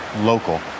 local